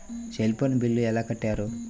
Cell phone bill ఎలా కట్టారు?